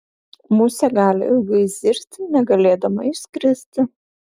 musė gali ilgai zirzti negalėdama išskristi